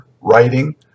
writing